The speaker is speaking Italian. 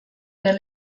per